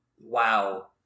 wow